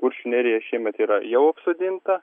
kuršių nerija šiemet yra jau apsodinta